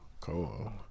Cool